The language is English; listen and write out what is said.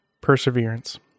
perseverance